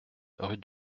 rue